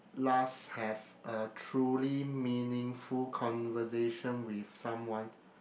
last have a truly meaningful conversation with someone